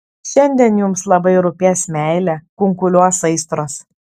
šiandien jums labai rūpės meilė kunkuliuos aistros